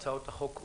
הצעות החוק מוזגו.